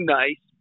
nice